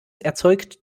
erzeugt